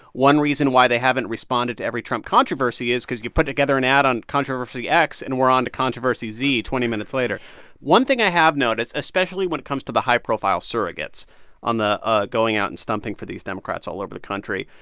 one reason why they haven't responded to every trump controversy is because you put together an ad on controversy x, and we're on to controversy z twenty minutes later one thing i have noticed, especially when it comes to the high-profile surrogates on the ah going out and stumping for these democrats all over the country,